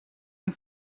ihr